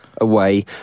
away